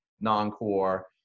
non-core